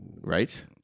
Right